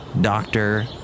Doctor